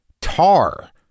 tar